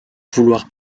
vouloir